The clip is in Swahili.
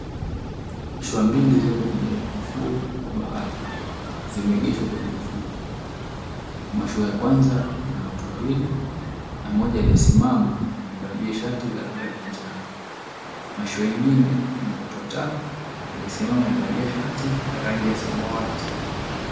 Mheshimiwa mbili ziko kwenye ufuo wa bahari, zimegeshwa kwenye ufuo. Mashua ya kwanza ina watu wawili na mmoja aliyesimama amevalia shati la rangi ya njano. Mashua ingine ina watu watano, aliyesimama amevalia shati la rangi ya samawati.